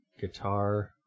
guitar